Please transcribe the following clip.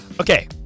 okay